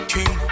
King